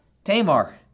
Tamar